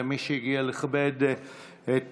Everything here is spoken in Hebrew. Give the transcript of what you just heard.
למי שהגיע לכבד את זכרו.